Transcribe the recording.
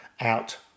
out